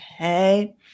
Okay